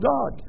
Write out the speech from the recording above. God